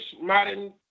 modern